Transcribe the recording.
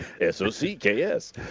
S-O-C-K-S